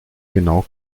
genau